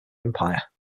empire